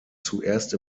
zuerst